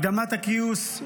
הקדמת הגיוס,